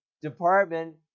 department